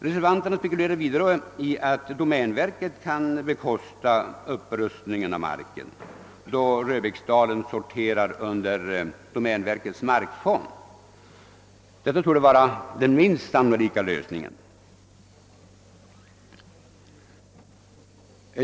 Reservanterna anser vidare att domänverket kan bekosta förbättringsarbetena, eftersom den mark som skall täckdikas vid Röbäcksdalen finns upptagen under domänverkets markfond. Detta torde vara den minst sannolika möjligheten.